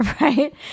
Right